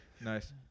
Nice